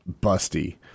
busty